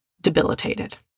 debilitated